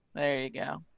there you go.